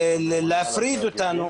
להפריד אותנו,